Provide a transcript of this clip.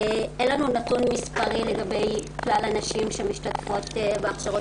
אין לנו נתון מספרי לגבי כלל הנשים שמשתתפות בהכשרות